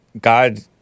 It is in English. God